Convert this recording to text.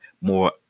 more